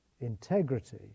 integrity